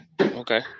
Okay